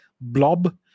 blob